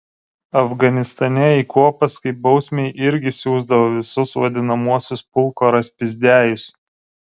afganistane į kuopas kaip bausmei irgi siųsdavo visus vadinamuosius pulko raspizdiajus